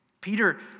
Peter